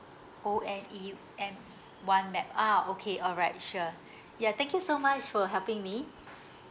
O N E M one map ah okay all right sure ya thank you so much for helping me